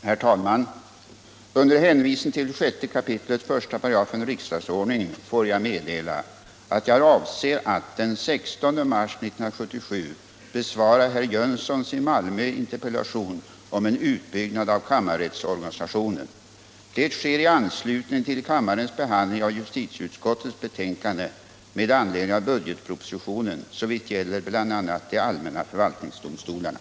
Herr talman! Under hänvisning till 6 kap. 1§ riksdagsordningen får jag meddela att jag avser att den 16 mars 1977 besvara herr Jönssons i Malmö interpellation om en utbyggnad av kammarrättsorganisationen. Det sker i anslutning till kammarens behandling av justitieutskottets betänkande med anledning av budgetpropositionen såvitt gäller bl.a. de allmänna förvaltningsdomstolarna.